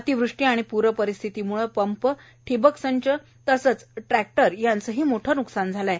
अतिवृष्टी आणि प्रपरिस्थितीम्ळे पंपए ठिबक संच तसंच ट्रॅक्टर यांचेही न्कसान झाले आहे